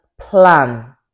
plan